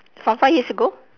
from five years ago